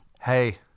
hey